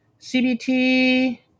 CBT